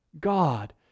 God